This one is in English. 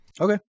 Okay